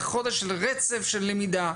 חודש של רצף של למידה,